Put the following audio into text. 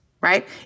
right